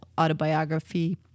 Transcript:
autobiography